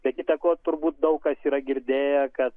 be kita ko turbūt daug kas yra girdėję kad